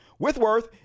Withworth